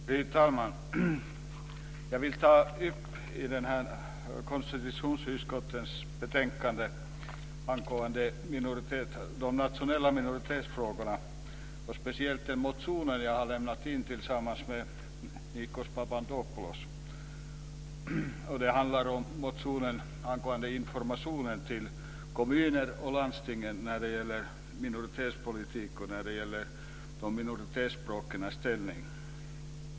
Fru talman! Jag vill ta upp konstitutionsutskottets betänkande angående de nationella minoritetsfrågorna och speciellt den motion jag har lämnat in tillsammans med Nikos Papadopoulos. Det handlar om informationen till kommuner och landsting när det gäller minoritetspolitik och minoritetsspråkens ställning.